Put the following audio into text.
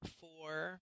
four